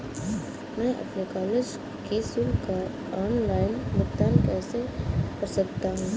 मैं अपने कॉलेज की शुल्क का ऑनलाइन भुगतान कैसे कर सकता हूँ?